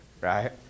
right